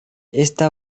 esta